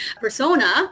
persona